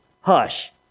hush